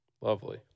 lovely